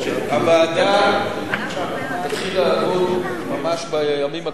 הוועדה תתחיל לעבוד ממש בימים הקרובים,